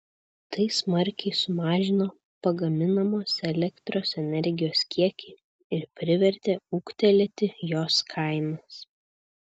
tai smarkiai sumažino pagaminamos elektros energijos kiekį ir privertė ūgtelėti jos kainas